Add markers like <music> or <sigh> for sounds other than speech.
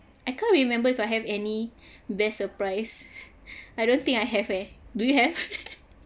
I can't remember if I have any best surprise <laughs> I don't think I have eh do you have <laughs>